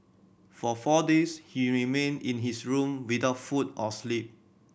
for four days he remained in his room without food or sleep